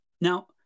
Now